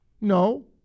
No